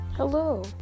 hello